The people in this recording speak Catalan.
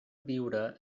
viure